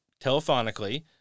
telephonically